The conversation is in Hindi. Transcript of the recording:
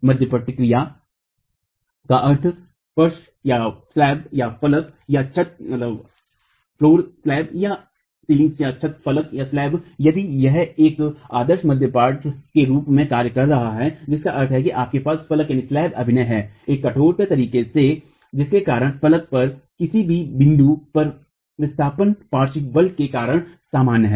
मध्यपट क्रिया का अर्थ फर्श फलक या छत फलक यदि यह एक आदर्श मध्यपट के रूप में कार्य कर रहा है जिसका अर्थ है कि आपके पास फलक अभिनय है एक कठोर तरीके से जिसके कारण फलक पर किसी भी बिंदु पर विस्थापन पार्श्व बल के कारण समान हैं